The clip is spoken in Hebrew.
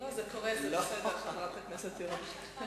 לא, זה קורה, זה בסדר, חברת הכנסת תירוש.